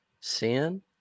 sin